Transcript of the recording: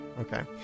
Okay